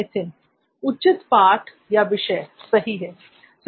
नित्थिन उचित पाठ या विषय सही है